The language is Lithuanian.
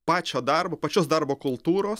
pačio darbo pačios darbo kultūros